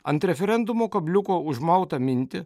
ant referendumo kabliuko užmautą mintį